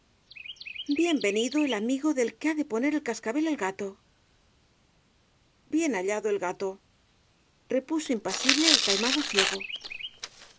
bien venido el amigo del que ha de poner el cascabel al gato bien hallado el gatorepuso impasible el taimado ciego